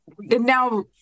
now